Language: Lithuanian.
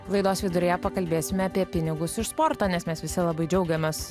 laidos viduryje pakalbėsime apie pinigus iš sporto nes mes visi labai džiaugiamės